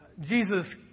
Jesus